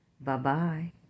Bye-bye